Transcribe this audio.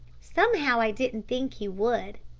somehow i didn't think he would,